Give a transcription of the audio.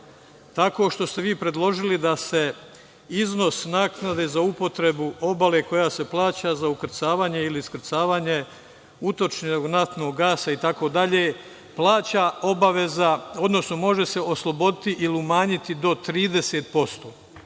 tako što ste vi predložili da se iznos naknade za upotrebu obale koja se plaća za ukrcavanje ili iskrcavanje utočenog naftnog gasa itd. plaća obaveza, odnosno može se osloboditi ili umanjiti do 30%,